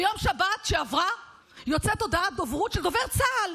ביום שבת שעבר יצאה הודעת דוברות של דובר צה"ל,